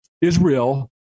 Israel